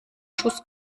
schuss